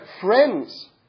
friends